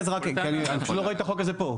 אני פשוט לא רואה את החוק הזה פה.